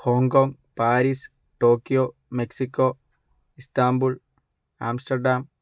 Hong Kong Paris Tokyo Mexico Istanbul Amsterdam